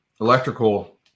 electrical